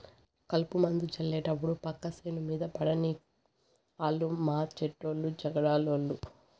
కలుపుమందు జళ్లేటప్పుడు పక్క సేను మీద పడనీకు ఆలు మాచెడ్డ జగడాలోళ్ళు